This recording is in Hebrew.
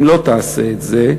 אם לא תעשה את זה,